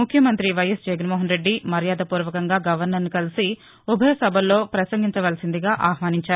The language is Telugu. ముఖ్యమంత్రి వైఎస్ జగన్మోహన్రెద్ది మర్యాదపూర్వకంగా గవర్నర్ను కలసి ఉభయ సభల్లో పసంగించవలసిందిగా ఆహ్వానించారు